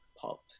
pop